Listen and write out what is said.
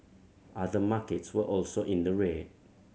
other markets were also in the red